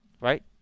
Right